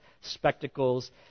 spectacles